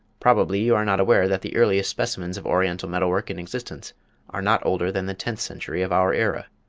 probably you are not aware that the earliest specimens of oriental metal-work in existence are not older than the tenth century of our era.